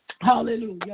Hallelujah